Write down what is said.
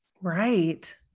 Right